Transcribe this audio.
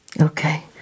Okay